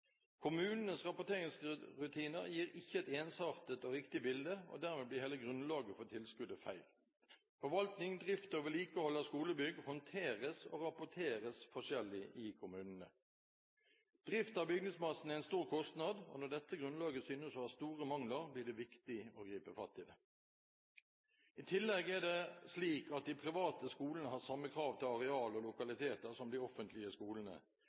Kommunenes rapporteringsrutiner gir ikke et ensartet og riktig bilde, og dermed blir hele grunnlaget for tilskuddet feil. Forvaltning, drift og vedlikehold av skolebygg håndteres og rapporteres forskjellig i kommunene. Drift av bygningsmassen er en stor kostnad, og når dette grunnlaget synes å ha store mangler, blir det viktig å gripe fatt i det. I tillegg er det slik at de private skolene har samme krav til areal og lokaliteter som de offentlige skolene,